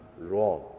wrong